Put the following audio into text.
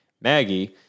maggie